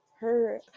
Her-